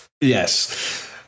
Yes